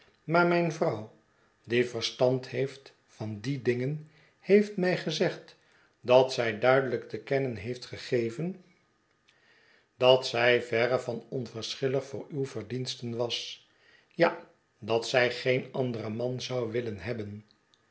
maar mijn vrouw die verstand heeft van die dingen heeft mij gezegd dat zij duidelijk te kennen heeft gegeven dat zij ver van onverschillig voor uw verdiensten was ja dat zij geen anderen man zou willen hebben